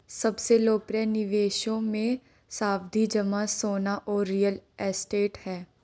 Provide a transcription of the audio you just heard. सबसे लोकप्रिय निवेशों मे, सावधि जमा, सोना और रियल एस्टेट है